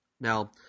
Now –